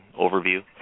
overview